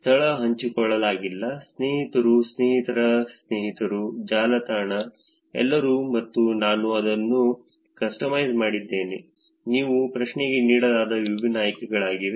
ಸ್ಥಳ ಹಂಚಿಕೊಳ್ಳಲಾಗಿಲ್ಲ ಸ್ನೇಹಿತರು ಸ್ನೇಹಿತರರ ಸ್ನೇಹಿತರು ಜಾಲತಾಣ ಎಲ್ಲರೂ ಮತ್ತು ನಾನು ಅದನ್ನು ಕಸ್ಟಮೈಸ್ ಮಾಡಿದ್ದೇನೆ ಇವು ಪ್ರಶ್ನೆಗೆ ನೀಡಲಾದ ವಿಭಿನ್ನ ಆಯ್ಕೆಗಳಾಗಿವೆ